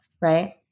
right